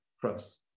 cross